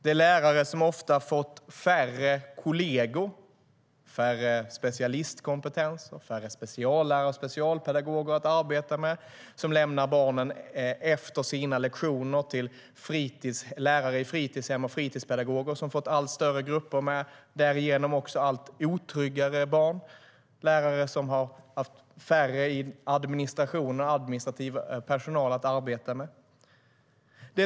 Det är lärare som ofta har fått färre kolleger med specialistkompetens, färre speciallärare och specialpedagoger, att arbeta med, som efter sina egna lektioner lämnar barnen till lärare och fritidspedagoger i fritidshem som i sin tur har fått allt större grupper att ta hand om och därigenom också allt otryggare barn. Det är färre i personalen som arbetar med administrativa uppgifter.